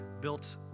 built